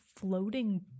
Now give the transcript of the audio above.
floating